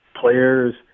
players